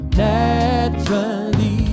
naturally